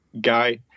guy